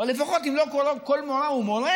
או לפחות, אם לא כל מורה ומורה,